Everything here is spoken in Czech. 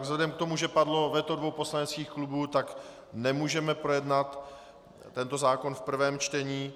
Vzhledem k tomu, že padlo veto dvou poslaneckých klubů, nemůžeme projednat tento zákon v prvém čtení.